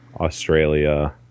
Australia